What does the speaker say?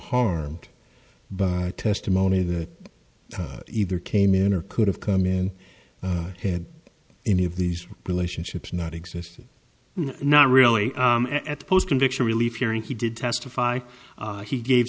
harmed by testimony that either came in or could have come in had any of these relationships not existed not really at the post conviction relief hearing he did testify he gave